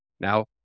Now